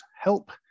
Help